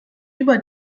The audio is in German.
über